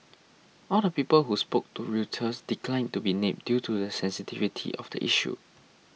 all the people who spoke to Reuters declined to be named due to the sensitivity of the issue